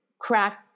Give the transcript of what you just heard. crack